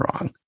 wrong